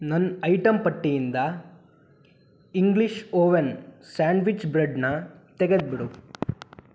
ನನ್ನ ಐಟಮ್ ಪಟ್ಟಿಯಿಂದ English oven sandwich ಬ್ರೆಡ್ನ ತೆಗೆದುಬಿಡು